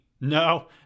no